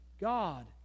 God